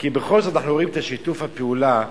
כי בכל זאת אנחנו רואים את שיתוף הפעולה